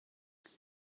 rwyt